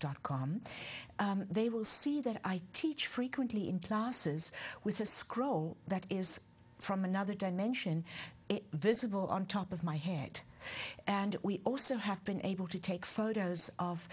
dot com they will see that i teach frequently in classes with a scroll that is from another dimension it visible on top of my head and we also have been able to take photos of